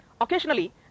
Occasionally